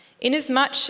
Inasmuch